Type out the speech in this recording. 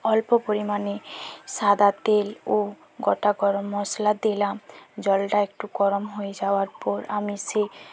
অল্প পরিমাণে সাদা তেল ও গোটা গরম মশলা দিলাম জলটা একটু গরম হয়ে যাওয়ার পর আমি সে